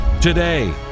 today